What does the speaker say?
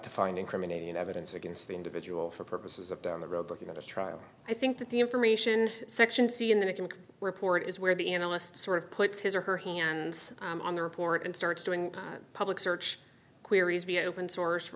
to find incriminating evidence against the individual for purposes of down the road looking at a trial i think that the information section to see in the report is where the analysts sort of puts his or her hands on the report and starts doing public search queries be open source